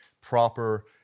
proper